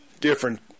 different